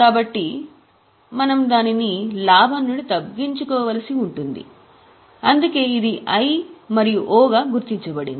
కాబట్టి మేము దానిని లాభం నుండి తగ్గించుకోవలసి ఉంటుంది అందుకే ఇది I మరియు O గా గుర్తించబడింది